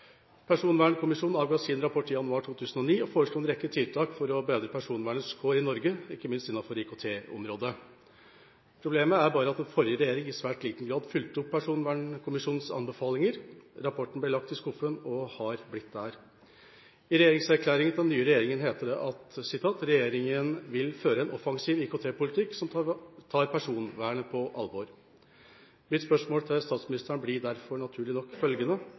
Personvernkommisjonen avga sin rapport i januar 2009 og foreslo en rekke tiltak for å bedre personvernets kår i Norge, ikke minst innenfor IKT-området. Problemet er bare at den forrige regjeringa i svært liten grad fulgte opp personvernkommisjonens anbefalinger. Rapporten ble lagt i skuffen – og har blitt der. I regjeringserklæringen fra den nye regjeringa heter det at regjeringa vil føre «en offensiv IKT-politikk som tar personvern på alvor». Mitt spørsmål til statsministeren blir derfor – naturlig nok – følgende: